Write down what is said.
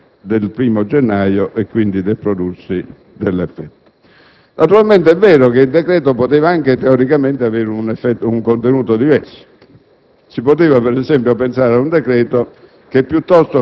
1343 da una successiva legislazione, prima del 1° gennaio e, quindi, del prodursi dei suoi effetti. Naturalmente, è vero che il decreto-legge poteva anche teoricamente avere un contenuto diverso: